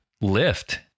lift